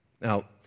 Now